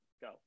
go